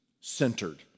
centered